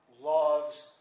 loves